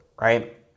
right